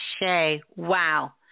Wow